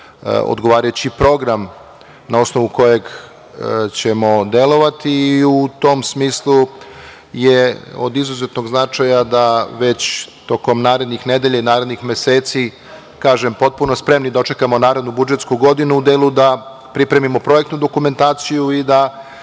odgovarajući program na osnovu kojeg ćemo delovati i u tom smislu je od izuzetnog značaja da već tokom narednih nedelja i narednih meseci, kažem, da potpuno spremni dočekamo narednu budžetsku godinu, da pripremimo projektnu dokumentaciju i da